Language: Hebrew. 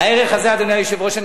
אדוני היושב-ראש,